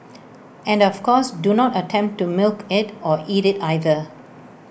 and of course do not attempt to milk IT or eat IT either